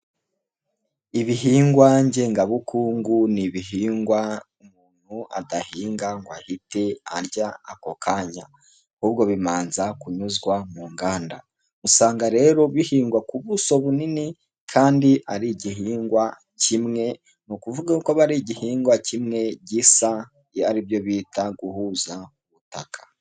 Ibihingwa ngengabukungu n'ibihingwa umuntu adahinga ngo ahite arya ako kanya, ahubwo bibanza kunyuzwa mu nganda, usanga rero bihingwa ku buso bunini kandi ari igihingwa kimwe n'ukuvuga ko aba ari igihingwa kimwe gisa aribyo bita guhuza ubutaka.